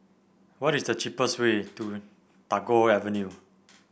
what is the cheapest way to Tagore Avenue